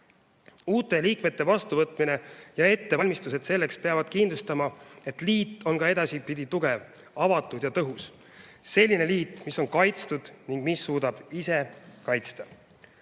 Uute liikmete vastuvõtmine ja ettevalmistused selleks peavad kindlustama, et liit on ka edaspidi tugev, avatud ja tõhus. Selline liit, mis on kaitstud ning mis suudab ise kaitsta.